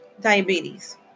diabetes